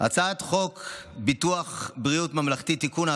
הצעת חוק ביטוח בריאות ממלכתי (תיקון,